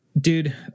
dude